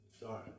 sorry